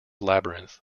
labyrinth